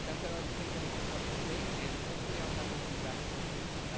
that said, i'd like to thank everyone for watching today. and hopefully i'll have both of you back at some point,